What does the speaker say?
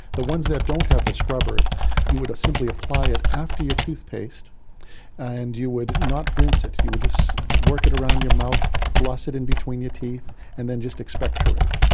the ones that don't have the scrubber you would simply apply it after your toothpaste and you would not rinse it, you would just work it around your mouth, floss it in between your teeth and just expectorate.